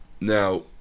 Now